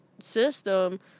system